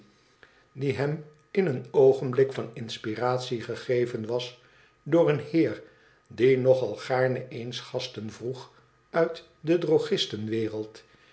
die hem in een oogenblik van inspiratie gegeven was door een heer die nog al gaarne eens gasten vroeg uit de drogistenwereld